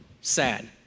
sad